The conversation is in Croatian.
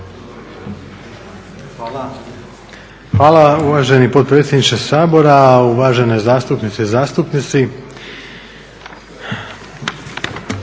Jakša** Hvala uvaženi potpredsjedniče Sabora, uvažene zastupnice i zastupnici.